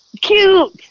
cute